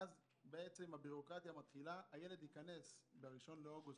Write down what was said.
ואז בעצם הבירוקרטיה מתחילה: הילד ייכנס ב-1 בספטמבר,